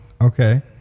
Okay